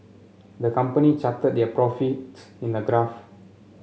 the company charted their profits in a graph